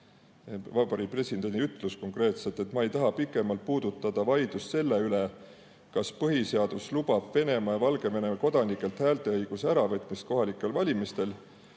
Vabariigi president ütles konkreetselt: "Ma ei taha pikemalt puudutada vaidlust selle üle, kas põhiseadus lubab Venemaa ja Valgevene kodanikelt hääleõiguse äravõtmist kohalikel valimistel.